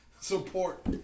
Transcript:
Support